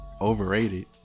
Overrated